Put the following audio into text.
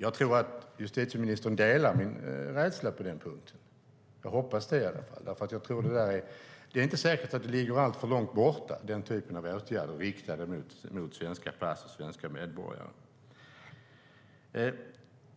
Jag tror att justitieministern delar min rädsla på den punkten. Jag hoppas i alla fall det. Det är inte säkert att den typen av åtgärder riktade mot svenska pass och svenska medborgare ligger särskilt långt borta.